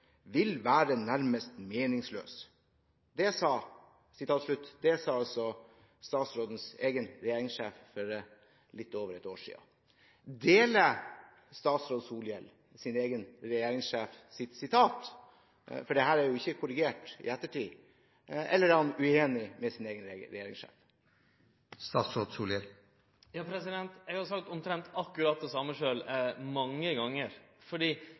vil være nærmest meningsløs.» Det sa altså statsrådens egen regjeringssjef for litt over ett år siden. Er statsråd Solhjell i sin egen regjeringssjefs utsagn – dette er ikke korrigert i ettertid – eller er han uenig med sin egen regjeringssjef? Eg har sagt omtrent det same sjølv mange